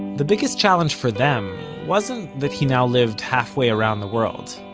the biggest challenge for them wasn't that he now lived halfway around the world.